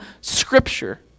Scripture